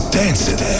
dancing